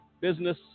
business